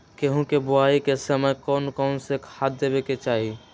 गेंहू के बोआई के समय कौन कौन से खाद देवे के चाही?